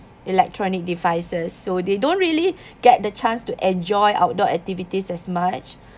electronic devices so they don't really get the chance to enjoy outdoor activities as much